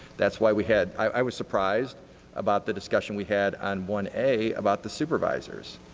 that's why we had, i was surprised about the discussion we had on one a about the supervisors.